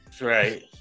right